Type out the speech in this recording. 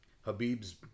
Habib's